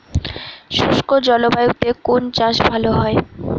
শুষ্ক জলবায়ুতে কোন চাষ ভালো হয়?